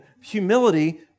Humility